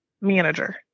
manager